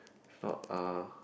if not uh